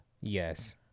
Yes